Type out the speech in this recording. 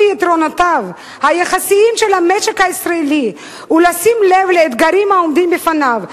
יתרונותיו היחסיים של המשק הישראלי ולשים לב לאתגרים העומדים בפניו,